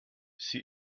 sie